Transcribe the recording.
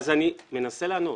אני מנסה לענות.